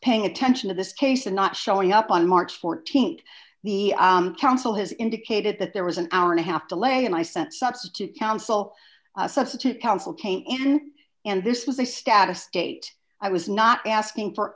paying attention to this case and not showing up on march th the counsel has indicated that there was an hour and a half delay and i sent substitute counsel a substitute counsel came in and this was a status date i was not asking for